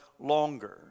Longer